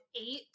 eight